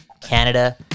Canada